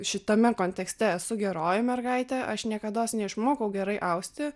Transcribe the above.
šitame kontekste esu geroji mergaitė aš niekados neišmokau gerai austi